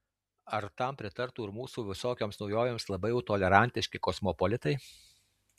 ar tam pritartų ir mūsų visokioms naujovėms labai jau tolerantiški kosmopolitai